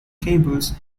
cables